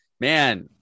Man